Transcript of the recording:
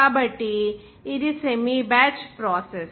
కాబట్టి ఇది semi batch process